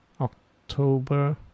october